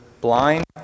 blind